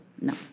No